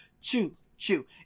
choo-choo